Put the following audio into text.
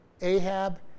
Ahab